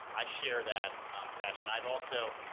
i share that passion. i've also,